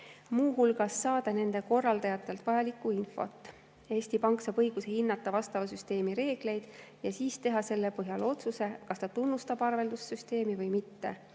muu hulgas saada nende korraldajatelt vajalikku infot. Eesti Pank saab õiguse hinnata vastava süsteemi reegleid ja siis teha selle põhjal otsuse, kas ta tunnustab arveldussüsteemi või mitte.